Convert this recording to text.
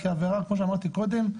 כמו שאמרתי קודם,